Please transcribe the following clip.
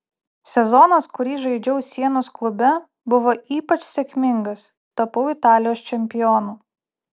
sezonas kurį žaidžiau sienos klube buvo ypač sėkmingas tapau italijos čempionu